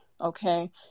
okay